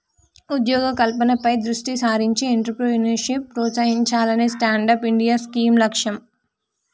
ఉద్యోగ కల్పనపై దృష్టి సారించి ఎంట్రప్రెన్యూర్షిప్ ప్రోత్సహించాలనే స్టాండప్ ఇండియా స్కీమ్ లక్ష్యం